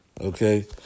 okay